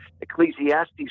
Ecclesiastes